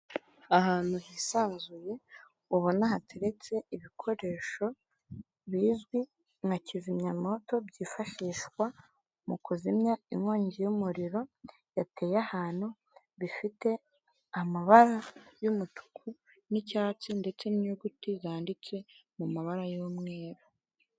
Ahantu hisanzuye ubona hateretse ibikoresho bizwi nka kizimyamoto byifashishwa mu kuzimya inkongi y'umuriro yateye ahantu bifite amabara y'umutuku n'icyatsi ndetse n'inyuguti zanditse mu mabara y'umweru.